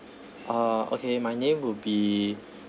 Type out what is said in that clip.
uh okay my name would be